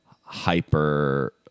hyper